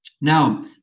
Now